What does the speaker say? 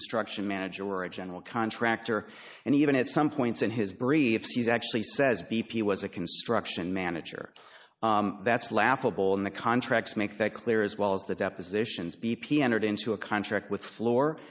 construction manager or a general contractor and even at some points in his brief he's actually says b p was a construction manager that's laughable and the contracts make that clear as well as the depositions b p entered into a contract with floor